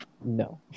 No